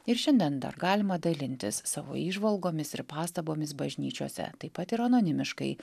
ir šiandien dar galima dalintis savo įžvalgomis ir pastabomis bažnyčiose taip pat ir anonimiškai